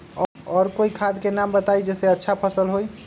और कोइ खाद के नाम बताई जेसे अच्छा फसल होई?